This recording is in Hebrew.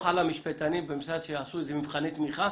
על המשפטנים במשרד שעשו איזה מבחני תמיכה,